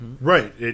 Right